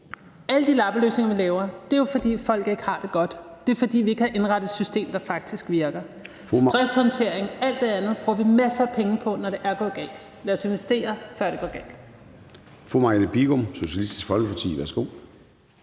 alle de lappeløsninger, vi laver. Det er jo, fordi folk ikke har det godt, fordi vi ikke har indrettet et system, der faktisk virker. Stresshåndtering og alt andet bruger vi masser af penge på, når det er gået galt. Lad os investere, før det går galt.